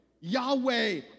Yahweh